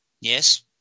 Yes